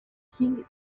king